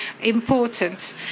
important